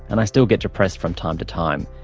and i still get depressed from time to time.